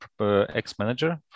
ex-manager